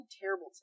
terrible